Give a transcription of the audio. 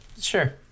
Sure